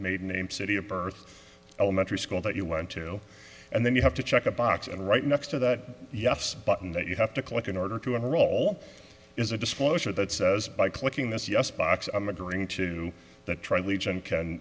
maiden name city of birth elementary school that you want to know and then you have to check a box and right next to that yes button that you have to collect in order to enroll is a disclosure that says by clicking this yes box i'm agreeing to that try legion can